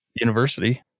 university